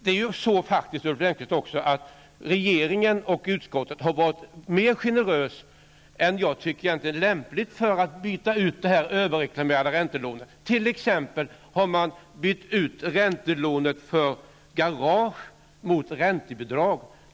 Regeringen och utskottet, Ulf Lönnqvist, har varit mer generös än vad jag tycker är lämpligt när det gäller att byta ut det överreklamerade räntelånesystemet. T.ex. har räntelån vid byggande av garage bytts ut mot räntebidrag.